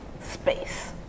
space